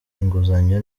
inguzanyo